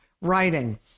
writing